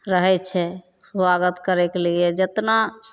रहै छै सुआगत करैके लिए जतना